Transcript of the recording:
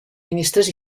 ministres